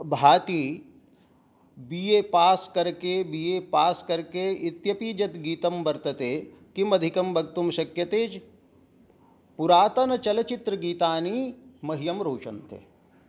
भाति B A pass करके B A pass करके इत्यपि यत् गीतं वर्तते किमधिकम् वक्तुं शक्यते पुरातनचलच्चित्रगीतानि मह्यं रोचन्ते